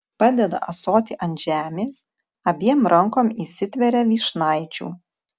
padeda ąsotį ant žemės abiem rankom įsitveria vyšnaičių